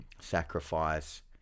sacrifice